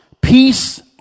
Peace